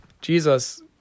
jesus